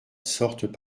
sortent